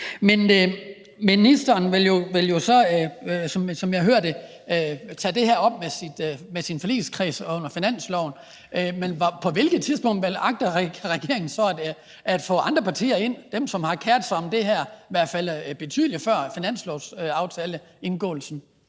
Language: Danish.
Men ministeren vil jo så, som jeg hører det, tage det her op med sin forligskreds i forbindelse med finansloven, men på hvilket tidspunkt agter regeringen så at få andre partier ind, altså dem, som har keret sig om det her i hvert fald betydelig før indgåelsen